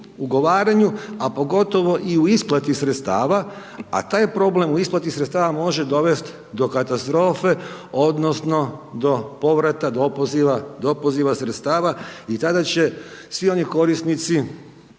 u ugovaranju a pogotovo i u isplati sredstava a taj problem u isplati sredstava može dovest do katastrofe odnosno do povrata, do opoziva sredstava i tada će svi oni korisnici